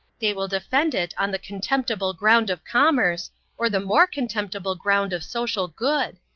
they will defend it on the contemptible ground of commerce or the more contemptible ground of social good.